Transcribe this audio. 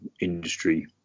industry